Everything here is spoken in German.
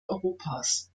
europas